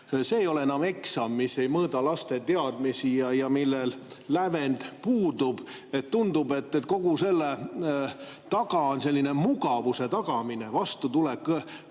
See ei ole enam eksam, kui see ei mõõda laste teadmisi ja sellel lävend puudub. Tundub, et selle taga on selline mugavuse tagamine, vastutulek